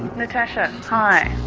natasha hi,